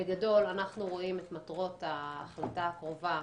בגדול, אנחנו רואים את מטרות ההחלטה הקרובה,